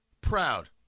proud